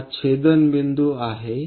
हा छेदनबिंदू आहे